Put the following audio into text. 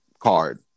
Card